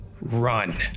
run